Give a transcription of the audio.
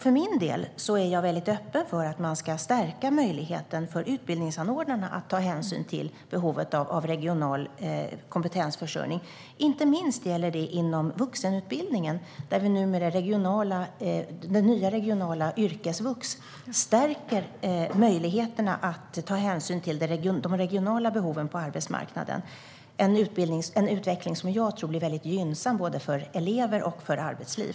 För min del är jag väldigt öppen för att stärka möjligheten för utbildningsanordnarna att ta hänsyn till det regionala behovet av kompetensförsörjning. Inte minst gäller det inom vuxenutbildningen där numera det nya regionala yrkesvux stärker möjligheterna att ta hänsyn till de regionala behoven på arbetsmarknaden. Det är en utveckling som jag tror blir mycket gynnsam för både elever och arbetsliv.